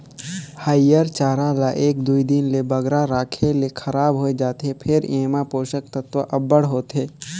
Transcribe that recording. हयिर चारा ल एक दुई दिन ले बगरा राखे ले खराब होए जाथे फेर एम्हां पोसक तत्व अब्बड़ होथे